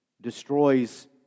destroys